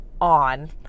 on